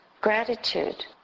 gratitude